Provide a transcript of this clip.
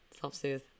self-soothe